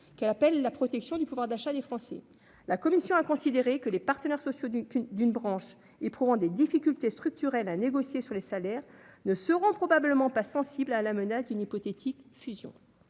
qu'appelle la protection du pouvoir d'achat des Français. La commission a considéré que les partenaires sociaux d'une branche éprouvant des difficultés structurelles à négocier sur les salaires ne seront probablement pas sensibles à la menace d'une hypothétique fusion.